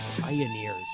pioneers